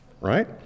Right